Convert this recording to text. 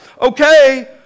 okay